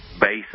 base